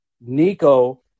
Nico